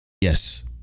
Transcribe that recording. Yes